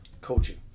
coaching